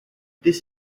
this